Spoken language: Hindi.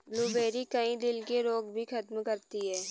ब्लूबेरी, कई दिल के रोग भी खत्म करती है